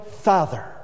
father